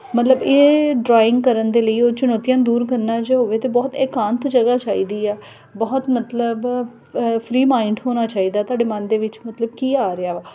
ਮਤਲਬ ਇਹ ਡਰਾਇੰਗ ਕਰਨ ਦੇ ਲਈ ਉਹ ਚੁਣੌਤੀਆਂ ਦੂਰ ਕਰਨਾ ਜੇ ਹੋਵੇ ਤਾਂ ਬਹੁਤ ਇਕਾਂਤ ਜਗ੍ਹਾ ਚਾਹੀਦੀ ਆ ਬਹੁਤ ਮਤਲਬ ਫਰੀ ਮਾਇੰਡ ਹੋਣਾ ਚਾਹੀਦਾ ਤੁਹਾਡੇ ਮਨ ਦੇ ਵਿੱਚ ਮਤਲਬ ਕੀ ਆ ਰਿਹਾ ਵਾ